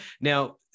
now